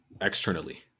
externally